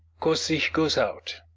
kosich goes out.